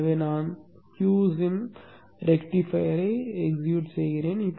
எனவே நான் Q sim ரெக்டிஃபையரை இயக்குகிறேன்